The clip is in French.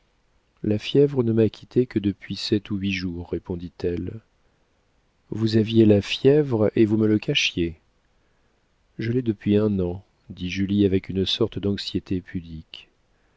la fièvre ne m'a quittée que depuis sept ou huit jours répondit-elle vous aviez la fièvre et vous me le cachiez je l'ai depuis un an dit julie avec une sorte d'anxiété pudique